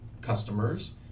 customers